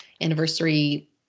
anniversary